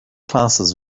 classes